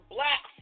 Black